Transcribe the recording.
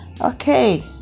okay